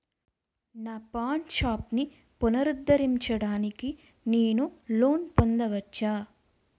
నా పాన్ షాప్ని పునరుద్ధరించడానికి నేను లోన్ పొందవచ్చా?